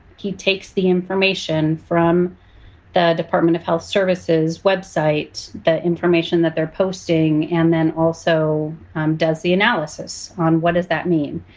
he takes the information from the department of health services website, the information that they're posting, and then also does the analysis on what does that mean?